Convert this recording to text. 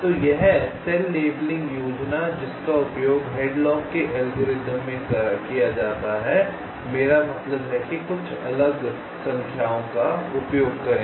तो यह cell labelling योजना जिसका उपयोग हैडलॉक के एल्गोरिथ्म में किया जाता है मेरा मतलब है कि कुछ अलग संख्याओं का उपयोग करें